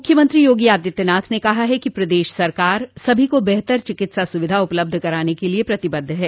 मुख्यमंत्री योगी आदित्यनाथ ने कहा है कि प्रदेश सरकार सभी को बेहतर चिकित्सा सुविधा उपलब्ध कराने के लिये प्रतिबद्ध है